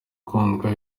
ukundwa